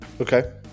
Okay